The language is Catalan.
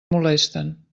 molesten